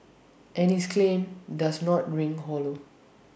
and his claim does not ring hollow